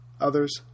Others